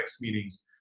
meetings